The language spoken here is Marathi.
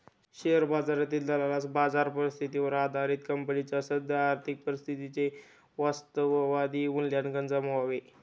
शेअर बाजारातील दलालास बाजार परिस्थितीवर आधारित कंपनीच्या सद्य आर्थिक परिस्थितीचे वास्तववादी मूल्यांकन जमावे